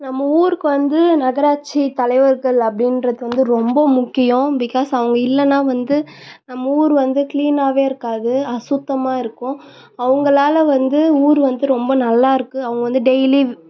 நம்ம ஊருக்கு வந்து நகராட்சி தலைவர்கள் அப்படின்றது வந்து ரொம்ப முக்கியம் பிகாஸ் அவங்க இல்லைன்னா வந்து நம்ம ஊர் வந்து க்ளீனாகவே இருக்காது அசுத்தமாக இருக்கும் அவங்களால வந்து ஊர் வந்து ரொம்ப நல்லாயிருக்கு அவங்க வந்து டெய்லி